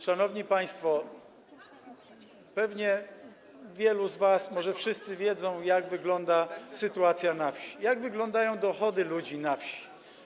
Szanowni państwo, pewnie wielu z was wie, może wszyscy wiedzą, jak wygląda sytuacja na wsi, jak wyglądają dochody ludzi na wsi.